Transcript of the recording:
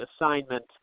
assignment